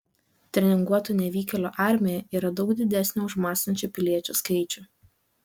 treninguotų nevykėlių armija yra daug didesnė už mąstančių piliečių skaičių